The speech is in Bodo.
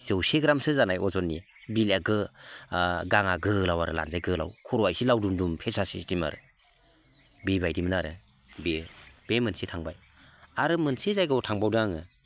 जौसे ग्रामसो जानाय अजननि बिलाइया गाङा गोलाव आरो लान्जाइआ गोलाव खर'आ एसे लावदुम दुम फेसा सिस्टेम आरो बेबायदिमोन आरो बेयो बे मोनसे थांबाय आरो मोनसे जायगायाव थांबावदों आङो